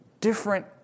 different